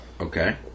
Okay